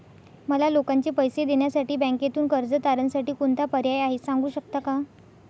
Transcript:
मला लोकांचे पैसे देण्यासाठी बँकेतून कर्ज तारणसाठी कोणता पर्याय आहे? सांगू शकता का?